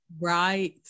Right